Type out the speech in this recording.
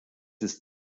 ist